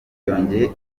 yongeye